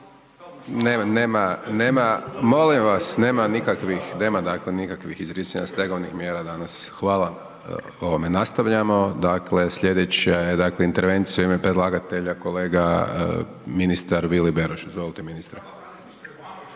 Nema, nema, molim vas, nema nikakvih, nema dakle nikakvih izricanja stegovnih mjera danas. Hvala, nastavljamo. Dakle, slijedeća je dakle intervencija u ime predlagatelja kolega ministar Vili Beroš. Gospodine